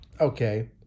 okay